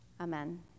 Amen